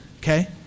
okay